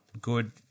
good